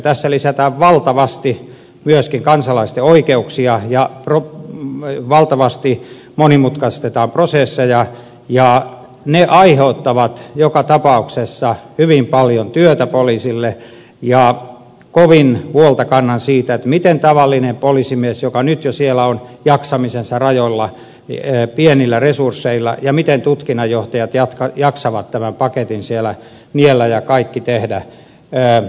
tässä lisätään valtavasti myöskin kansalaisten oikeuksia ja valtavasti monimutkaistetaan prosesseja ja ne aiheuttavat joka tapauksessa hyvin paljon työtä poliisille ja kovin huolta kannan siitä miten tavallinen poliisimies joka nyt jo siellä on jaksamisensa rajoilla pienillä resursseilla ja tutkinnanjohtajat jaksavat tämän paketin siellä niellä ja kaikki tehdä